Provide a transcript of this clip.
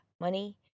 money